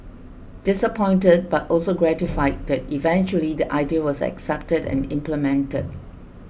disappointed but also gratified that eventually the idea was accepted and implemented